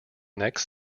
next